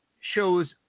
shows